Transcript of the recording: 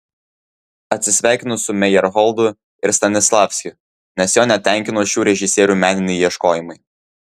atsisveikino su mejerholdu ir stanislavskiu nes jo netenkino šių režisierių meniniai ieškojimai